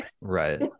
Right